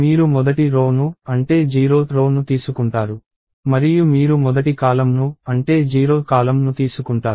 మీరు మొదటి రో ను అంటే 0th రో ను తీసుకుంటారు మరియు మీరు మొదటి కాలమ్ ను అంటే 0th కాలమ్ ను తీసుకుంటారు